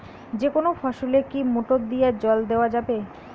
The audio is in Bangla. যেকোনো ফসলে কি মোটর দিয়া জল দেওয়া যাবে?